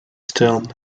stern